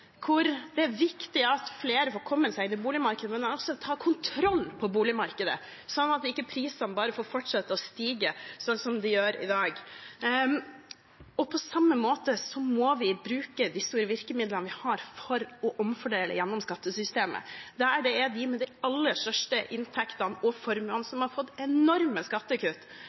hvor det er viktig at flere får kommet seg inn, men man må også ta kontroll på boligmarkedet, sånn at ikke prisene bare får fortsette å stige sånn som de gjør i dag. På samme måte må vi bruke de store virkemidlene vi har, for å omfordele gjennom skattesystemet, der de med de aller største inntektene og formuene, som har fått enorme skattekutt